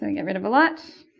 and get rid of a lunch